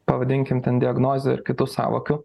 pavadinkim ten diagnozių ir kitų sąvokų